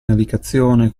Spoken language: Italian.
navigazione